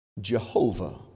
Jehovah